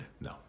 No